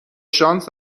شانس